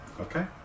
okay